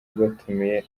batumiye